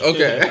Okay